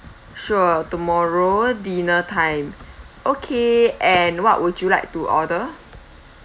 sure tomorrow dinner time okay and what would you like to order